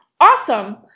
awesome